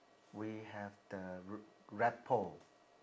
we have the r~ rapport